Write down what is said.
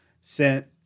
sent